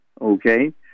Okay